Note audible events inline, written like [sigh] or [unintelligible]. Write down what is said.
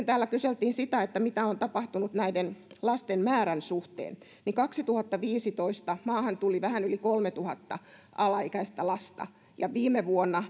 [unintelligible] täällä kyseltiin mitä on tapahtunut lasten määrän suhteen kaksituhattaviisitoista maahan tuli vähän yli kolmetuhatta alaikäistä lasta ja viime vuonna [unintelligible]